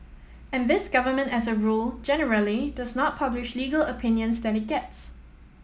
and this government as a rule generally does not publish legal opinions that it gets